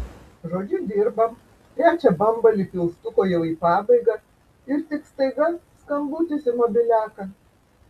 žodžiu dirbam trečią bambalį pilstuko jau į pabaigą ir tik staiga skambutis į mobiliaką